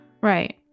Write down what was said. right